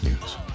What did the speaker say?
news